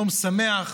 יום שמח,